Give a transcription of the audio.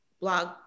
blog